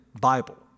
Bible